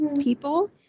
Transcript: people